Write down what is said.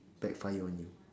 backfire on you